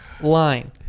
line